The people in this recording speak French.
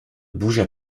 bougea